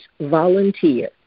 volunteer